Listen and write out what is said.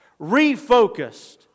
refocused